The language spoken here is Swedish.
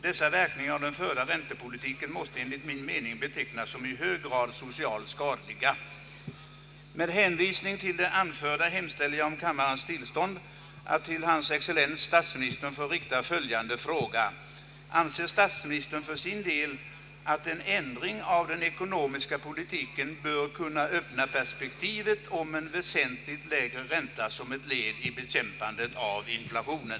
Dessa verk ningar av den förda räntepolitiken måste enligt min mening betecknas som i hög grad socialt skadliga. Med hänvisning till det anförda hemställer jag om kammarens tillstånd att till hans excellens statsministern få rikta följande fråga: Anser statsministern för sin del att en ändring av den ekonomiska politiken bör kunna öppna perspektivet om en väsentligt lägre ränta som ett led i bekämpandet av inflationen?